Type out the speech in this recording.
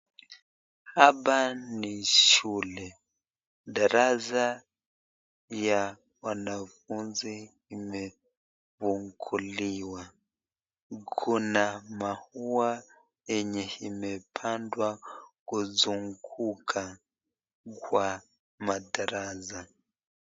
Hapa ni shule, darasa ya wanafunzi imefunguliwa. Kuna maua enye imepandwa kuzunguka kwa madarasa.